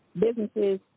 businesses